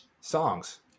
songs